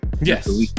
Yes